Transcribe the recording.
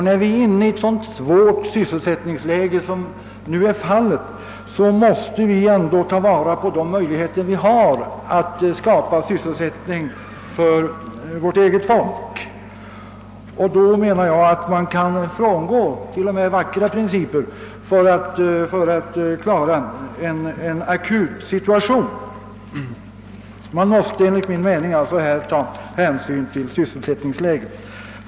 När vårt sysselsättningsläge är så dåligt som nu är fallet måste vi ta vara på de möjligheter vi har att skapa sysselsättning för vårt eget folk. För att klara en akut situation kan man frångå t.o.m. vackra principer. — Man måste ta hänsyn till sysselsättningsläget.